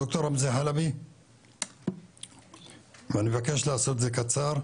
ד"ר רמזי חלבי ואני מבקש לעשות את זה קצר,